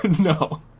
no